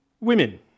women